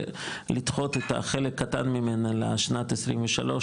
לדחות את החלק קטן ממנה לשנת 23,